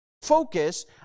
focus